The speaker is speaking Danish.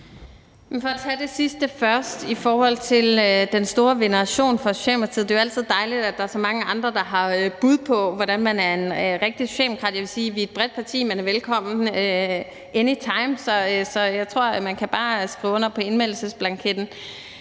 For at tage det sidste først i forhold til den store veneration for Socialdemokratiet – det er jo altid dejligt, at der er så mange andre, der har bud på, hvordan man er en rigtig socialdemokrat – vil jeg sige, at vi er et bredt parti, og man er velkommen any time. Så man bare kan skrive under på indmeldelsesblanketten.